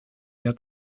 mehr